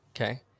Okay